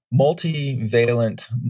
multivalent